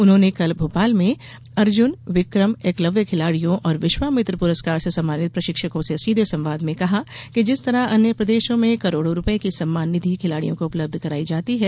उन्होंने कल भोपाल में अर्जुन विकम एकलव्य खिलाड़ियों और विश्वामित्र पुरस्कार से सम्मानित प्रशिक्षकों से सीधे संवाद में कहा कि जिस तरह अन्य प्रदेशों में करोड़ों रूपये की सम्मान निधि खिलाड़ियों को उपलब्ध कराई जाती है